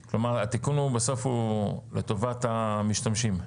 כלומר, התיקון הוא בסוף לטובת המשתמשים?